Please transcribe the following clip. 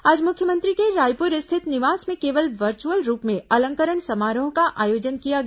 आज मुख्यमंत्री के रायपुर स्थित निवास में केवल वर्चुअल रूप में अलंकरण समारोह का आयोजन किया गया